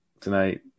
tonight